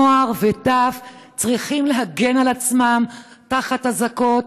נוער וטף צריכים להגן על עצמם תחת אזעקות,